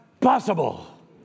possible